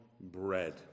bread